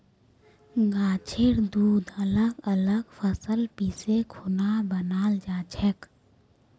गाछेर दूध अलग अलग फसल पीसे खुना बनाल जाछेक